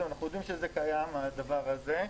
אנחנו יודעים שהדבר הזה קיים.